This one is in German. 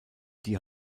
die